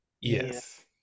Yes